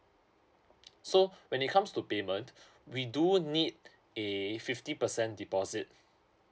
so when it comes to payment we do need a fifty percent deposit